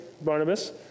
Barnabas